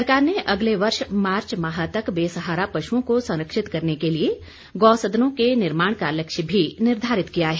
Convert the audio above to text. सरकार ने अगले वर्ष मार्च माह तक बेसहारा पशुओं को संरक्षित करने के लिए गौसदनों के निर्माण का लक्ष्य भी निर्धारित किया है